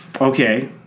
Okay